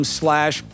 slash